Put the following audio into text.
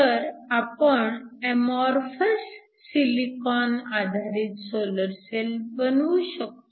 तर आपण amorphous silicon आधारित सोलर सेल बनवू शकतो